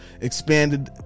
Expanded